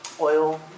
oil